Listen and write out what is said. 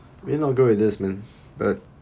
really not good at this man but